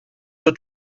for